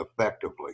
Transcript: Effectively